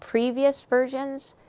previous versions,